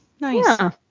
Nice